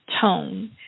tone